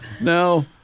no